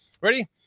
Ready